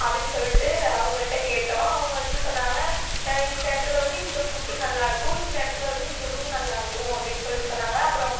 அப்படின்னு சொல்லிவிட்டு அவங்ககிட்ட கேட்டோம் அவங்க வந்து சொன்னாங்க இந்த இடத்துல வந்து இந்த ஃபுட்டு நல்லாயிருக்கும் இந்த இடத்துல வந்து இந்த ரூம் நல்லாயிருக்கும் அப்படின்னு சொல்லிவிட்டு சொன்னாங்க அப்புறம்